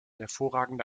hervorragende